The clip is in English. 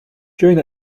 during